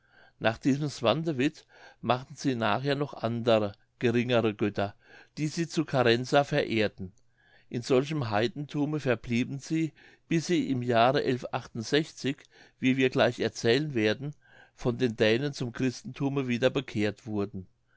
nach diesem swantewit machten sie nachher noch andere geringere götter die sie zu carenza verehrten in solchem heidenthume verblieben sie bis sie im jahre wie wir gleich erzählen werden von den dänen zum christenthume wieder bekehrt wurden